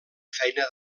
feina